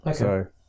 Okay